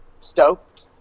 stoked